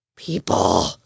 People